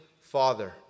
Father